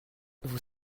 vous